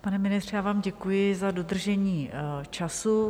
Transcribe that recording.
Pane ministře, já vám děkuji za dodržení času.